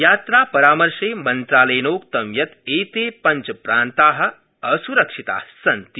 यात्रापरामर्शे मन्त्रालयेनोक्तं यत् एते पञ्चप्रान्ता असुरक्षितास्सन्ति